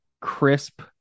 crisp